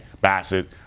Bassett